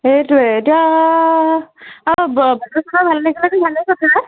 সেইটোৱে এতিয়া ভালেই কথা